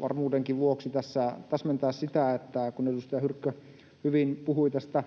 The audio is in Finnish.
varmuudenkin vuoksi tässä täsmentää sitä, että kun edustaja Hyrkkö hyvin puhui tästä